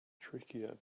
trickier